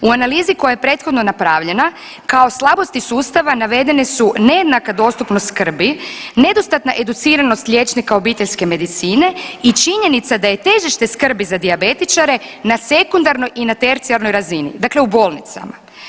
U analizi koja je prethodno napravljena kao slabosti sustava navedene nejednaka dostupnost skrbi, nedostatna educiranost liječnika obiteljske medicine i činjenica da je težište skrbi za dijabetičare na sekundarnoj i na tercijarnoj razini, dakle u bolnicama.